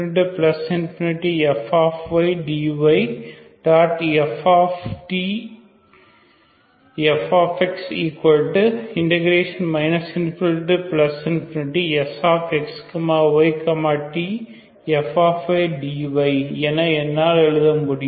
Ftfx ∞Sx y tfdy என என்னால் எழுத முடியும்